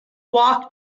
walk